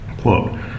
Quote